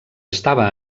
estava